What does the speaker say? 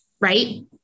Right